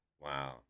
Wow